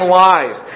lies